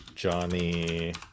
Johnny